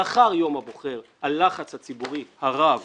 לאחר יום הבוחר הלחץ הציבורי הרב